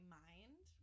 mind